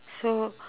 so